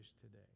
today